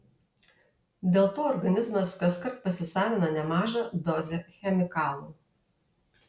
dėl to organizmas kaskart pasisavina nemažą dozę chemikalų